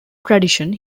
tradition